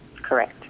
Correct